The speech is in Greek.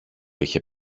είχε